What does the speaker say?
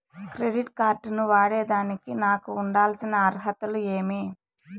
Credit card ను వాడేదానికి నాకు ఉండాల్సిన అర్హతలు ఏమి?